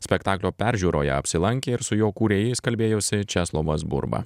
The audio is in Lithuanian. spektaklio peržiūroje apsilankė ir su jo kūrėjais kalbėjosi česlovas burba